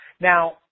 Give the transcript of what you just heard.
Now